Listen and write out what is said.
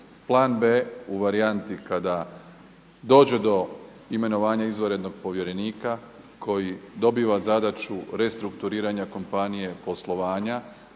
Plan B u varijanti kada dođe do imenovanje izvanrednog povjerenika koji dobiva zadaću restrukturiranja kompanije poslovanja